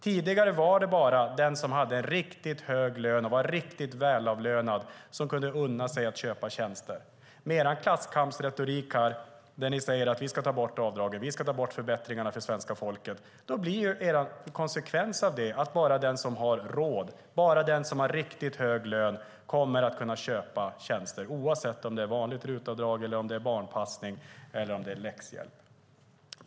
Tidigare var det bara den med riktigt hög lön, den som var riktigt välavlönad, som kunde unna sig att köpa tjänster. Med den klasskampsretorik som här förs, där det sägs att man ska ta bort avdragen, förbättringarna för svenska folket, blir konsekvensen att bara den som har råd, den som har riktigt hög lön, kommer att kunna köpa tjänster oavsett om det gäller vanligt RUT-avdrag, barnpassning eller läxhjälp.